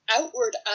outward